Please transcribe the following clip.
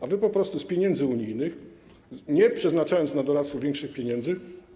A wy po prostu z pieniędzy unijnych, nie przeznaczając na doradztwo większych pieniędzy.